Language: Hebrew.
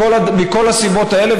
מכל הסיבות האלה,